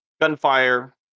Gunfire